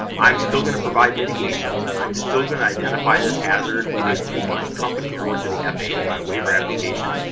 i'm still gonna provide mitigations. i'm still gonna identify this hazard, either to my company or to the faa in my waiver application,